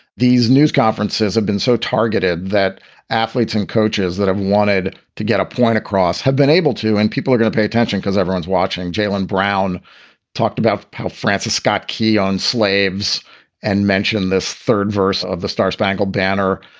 these news conferences have been so targeted that athletes and coaches that have wanted to get a point across have been able to and people are going to pay attention because everyone's watching. jaylen brown talked about how francis scott key on slaves and mentioned this third verse of the star-spangled banner.